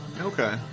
okay